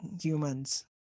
humans